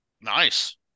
Nice